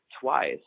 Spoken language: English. twice